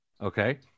Okay